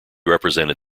represented